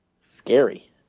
Scary